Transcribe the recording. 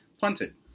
punted